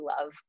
love